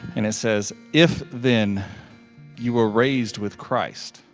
and it says, if then you were raised with christ,